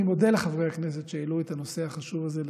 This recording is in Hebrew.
אני מודה לחברי הכנסת שהעלו את הנושא החשוב הזה לסדר-היום.